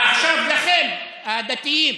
עכשיו לכם, הדתיים,